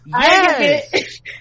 yes